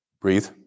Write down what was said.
Breathe